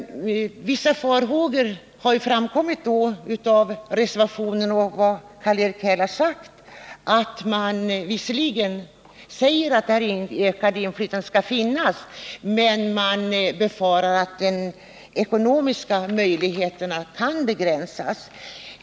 Vissa farhågor har framkommit i reservationen och i Karl-Erik Hälls anförande. Man säger att inflytandet visserligen skall förstärkas, men man befarar att de ekonomiska möjligheterna kan begränsas.